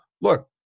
look